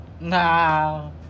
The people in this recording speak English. Nah